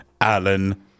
Alan